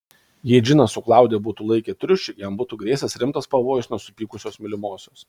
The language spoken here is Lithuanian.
jei džinas su klaudija būtų laikę triušį jam būtų grėsęs rimtas pavojus nuo supykusios mylimosios